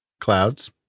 clouds